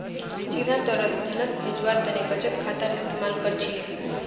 सीधा तौरत धनक भेजवार तने बचत खातार इस्तेमाल कर छिले